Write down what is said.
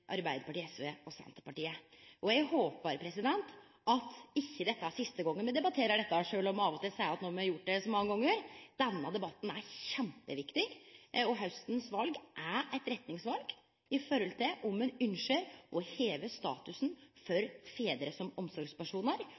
Arbeidarpartiet, SV og Senterpartiet. Eg håpar at dette ikkje er siste gongen me debatterer dette, sjølv om me av og til seier at no har me gjort det så mange gonger. Denne debatten er kjempeviktig, og valet til hausten er eit retningsval når det gjeld om ein ynskjer å lyfte statusen for fedrar som omsorgspersonar